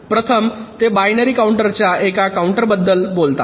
प्रथम ते बायनरी काउंटरच्या एका काउंटबद्दल बोलतात